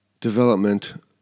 development